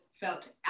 felt